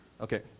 Okay